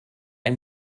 ein